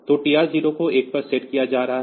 तो TR 0 को 1 पर सेट किया जा रहा है